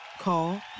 Call